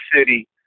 City